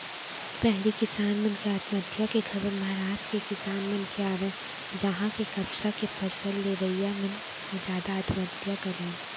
पहिली किसान मन के आत्महत्या के खबर महारास्ट के किसान मन के आवय उहां के कपसा के फसल लेवइया मन ह जादा आत्महत्या करय